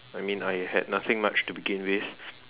I mean I had nothing much to begin with